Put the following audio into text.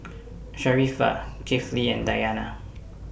Sharifah Kifli and Dayana